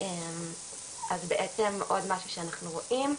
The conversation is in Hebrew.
אז בעצם עוד משהו שאנחנו רואים,